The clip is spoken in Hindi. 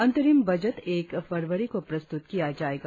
अंतरिम बजट एक फरवरी को प्रस्तुत किया जाएगा